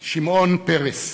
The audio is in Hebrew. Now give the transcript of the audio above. פרס,